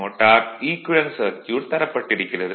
மோட்டாரின் equivalent circuit தரப்பட்டிருக்கிறது